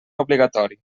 obligatori